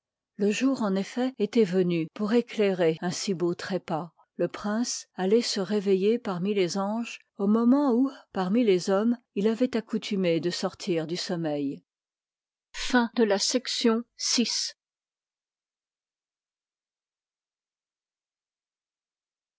le jour en effet étoit venu pour éclairer un si beau trépas le prince alloit se réveiller parmi les anges au moment où parmi les hommes il avoit accoutumé de sortir du sommeil